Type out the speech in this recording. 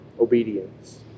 obedience